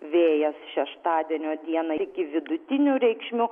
vėjas šeštadienio dieną iki vidutinių reikšmių